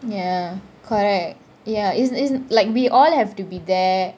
ya correct ya it~ it's like we all have to be there